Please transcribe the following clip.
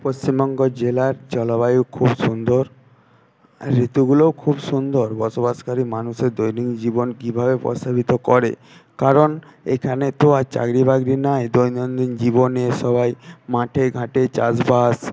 পশ্চিমবঙ্গ জেলার জলবায়ু খুব সুন্দর ঋতুগুলোও খুব সুন্দর বসবাসকারী মানুষের দৈনিক জীবন কীভাবে প্রশমিত করে কারণ এখানে তো আর চাকরি বাকরি নেই দৈনন্দিন জীবনে সবাই মাঠে ঘাটে চাষবাস